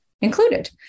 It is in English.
included